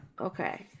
okay